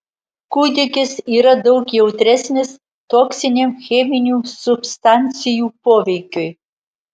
kūdikis yra daug jautresnis toksiniam cheminių substancijų poveikiui